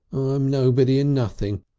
i'm nobody and nothing.